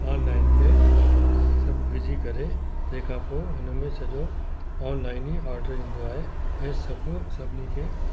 online ते सभु विझी करे तंहिंखां पोइ हुन में सॼो ऑनलाइन ई ऑर्डर ईंदो आहे ऐं सभु सभिनी खे